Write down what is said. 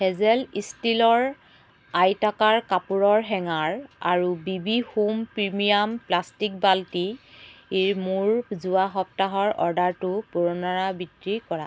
hazel ষ্টীলৰ আয়তাকাৰ কাপোৰৰ হেঙাৰ আৰু বিবি হোম প্ৰিমিয়াম প্লাষ্টিক বাল্টিৰ মোৰ যোৱা সপ্তাহৰ অৰ্ডাৰটোৰ পুনৰাবৃত্তি কৰা